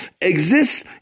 exist